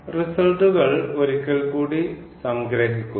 റിസൾട്ടുകൾ ഒരിക്കൽ കൂടി സംഗ്രഹിക്കുന്നു